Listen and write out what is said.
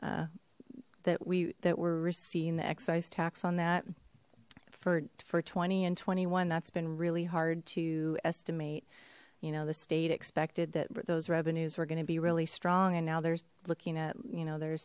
marijuana that we that we're seeing the excise tax on that for for twenty and twenty one that's been really hard to estimate you know the state expected that those revenues are going to be really strong and now there's looking at you know they're